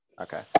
okay